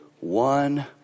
one